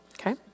okay